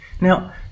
now